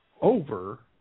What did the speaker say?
over